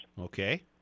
okay